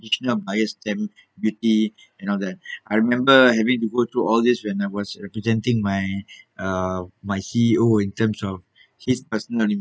additional buyer's stamp duty and all that I remember having to go through all this when I was representing my uh my C_E_O in terms of his personal